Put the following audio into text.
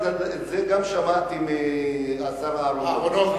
את זה שמעתי גם מהשר אהרונוביץ.